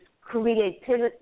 creativity